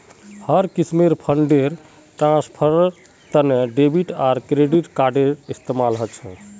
हर किस्मेर फंड ट्रांस्फरेर तने डेबिट आर क्रेडिट कार्डेर इस्तेमाल ह छे